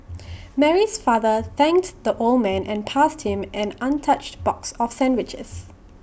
Mary's father thanks the old man and passed him an untouched box of sandwiches